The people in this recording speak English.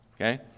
Okay